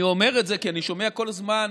אני אומר את זה כי אני שומע כל הזמן: